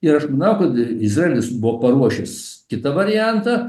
ir aš manau kad izraelis buvo paruošęs kitą variantą